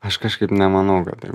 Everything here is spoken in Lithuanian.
aš kažkaip nemanau kad taip